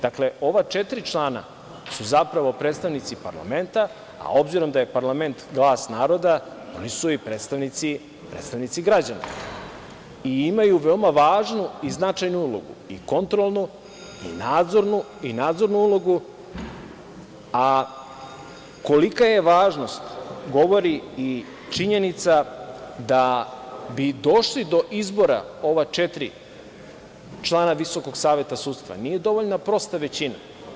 Dakle, ova četiri člana su zapravo predstavnici parlamenta, a obzirom da je parlament glas naroda, oni su i predstavnici građana i imaju veoma važnu i značajnu ulogu - kontrolnu, nadzornu ulogu, a kolika je važnost govori i činjenica da bi došli do izbora ova četiri člana VSS nije dovoljna prosta većina.